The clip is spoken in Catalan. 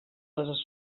les